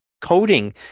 coding